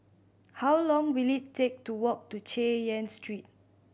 how long will it take to walk to Chay Yan Street